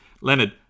Leonard